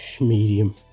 Medium